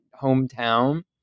hometown